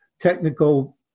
technical